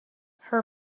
her